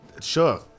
Sure